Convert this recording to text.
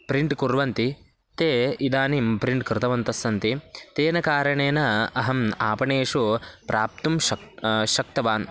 print कुर्वन्ति ते इदानीं प्रिण्ट् कृतवन्तः सन्ति तेन कारणेन अहम् आपणेषु प्राप्तुं शक्तवान् शक्तवान्